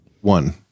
one